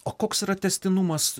o koks yra tęstinumas